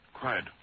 Quiet